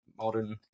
modern